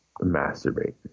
masturbate